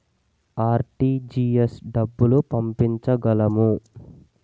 RTGS డబ్బులు పంపించగలము?